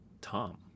Tom